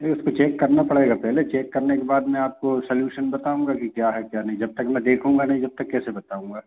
नहीं उसको चेक करना पड़ेगा पहले चेक करने के बाद मैं आपको सलूशन बताऊँगा कि क्या है क्या नहीं जब तक मैं देखूँगा नहीं जब तक कैसे बताऊँगा